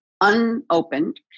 unopened